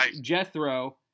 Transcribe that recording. Jethro